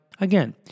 again